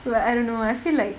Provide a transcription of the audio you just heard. but I don't know I feel like